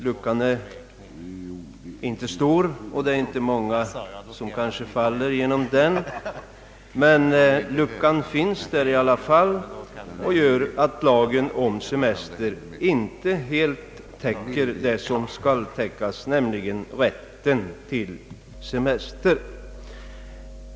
Luckan är inte stor, och det är kanske inte många som faller genom den. Men luckan finns där i alla fall, och den medför att lagen om semester inte helt täcker det som skall täckas, nämligen rätten till semester.